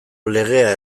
legea